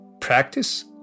practice